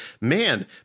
man